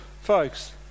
folks